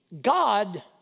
God